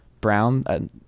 Brown